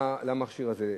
למכשיר הזה.